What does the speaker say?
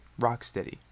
Rocksteady